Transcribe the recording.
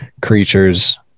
creatures